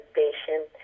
patient